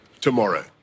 tomorrow